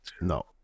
No